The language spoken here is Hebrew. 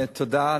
תודה.